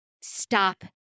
stop